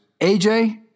AJ